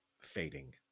fading